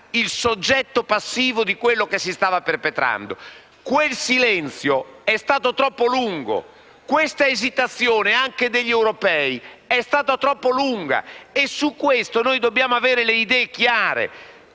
il soggetto passivo di ciò che si stava perpetrando. Quel silenzio è stato troppo lungo. Quella esitazione, anche degli europei, è stata troppo lunga e su questo dobbiamo avere le idee chiare.